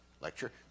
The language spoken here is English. lecture